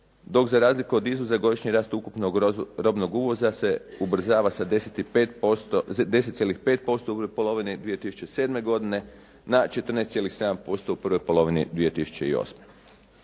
dok za razliku od izvoza godišnji rast ukupnog robnog uvoza se ubrzava sa 10,5% u polovini 2007. godine na 14.7% u prvoj polovini 2008.